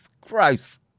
gross